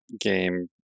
game